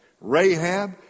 Rahab